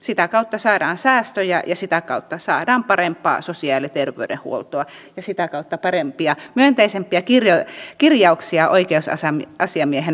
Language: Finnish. sitä kautta saadaan säästöjä ja sitä kautta saadaan parempaa sosiaali ja terveydenhuoltoa ja sitä kautta parempia myönteisempiä kirjauksia oikeusasiamiehen vuotuisiin kertomuksiin